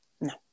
No